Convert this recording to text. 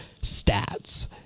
stats